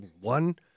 one